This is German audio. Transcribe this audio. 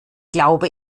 glaube